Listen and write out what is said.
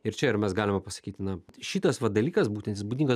ir čia ir mes galime pasakyti na šitas va dalykas būtent jis būdingas